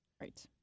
Right